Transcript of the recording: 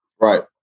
Right